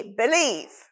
believe